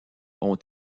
ont